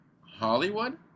Hollywood